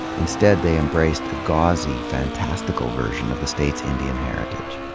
instead, they embraced a gauzy, fantastical version of the state's indian heritage.